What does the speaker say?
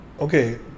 Okay